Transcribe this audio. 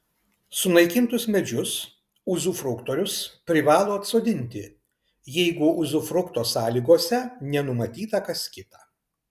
sunaikintus medžius uzufruktorius privalo atsodinti jeigu uzufrukto sąlygose nenumatyta kas kita